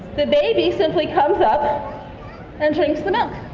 the baby simply comes up and drinks the milk.